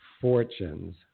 fortunes